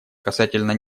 касательно